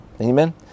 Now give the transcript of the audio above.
Amen